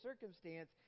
circumstance